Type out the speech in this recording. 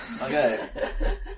Okay